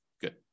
Good